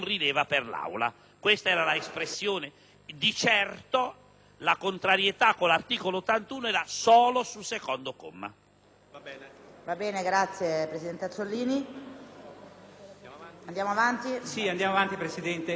la contrarietà ai sensi dell'articolo 81 era solo sul secondo comma.